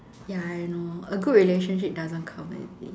ya I know a good relationship doesn't come easily